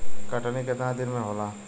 कटनी केतना दिन में होला?